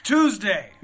Tuesday